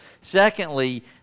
Secondly